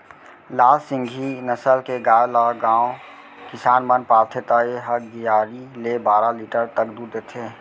लाल सिंघी नसल के गाय ल गॉँव किसान मन पालथे त ए ह गियारा ले बारा लीटर तक दूद देथे